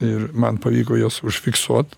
ir man pavyko juos užfiksuot